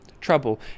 trouble